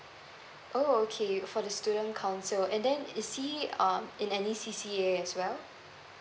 oh okay you for the student council and then is he um in any C_C_A as well